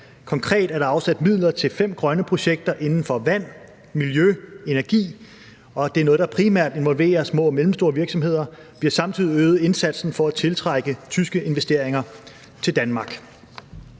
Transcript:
Konkret er der afsat midler til fem grønne projekter inden for vand, miljø og energi, og det er noget, der primært involverer små og mellemstore virksomheder. Vi har samtidig øget indsatsen for at tiltrække tyske investeringer til Danmark.